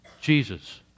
Jesus